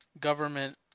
government